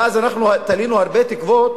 ואנחנו תלינו אז הרבה תקוות,